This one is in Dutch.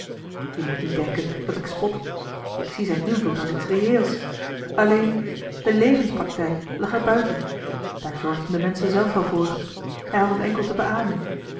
je moet niet denken dat ik spot ik zie zijn invloed als iets zeer reëels alleen de levenspraktijk lag er buiten daar zorgden de menschen zelf wel voor hij had het enkel te beamen